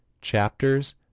chapters